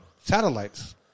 satellites